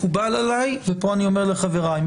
מקובל עליי ופה אני אומר לחבריי,